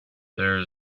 there